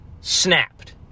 snapped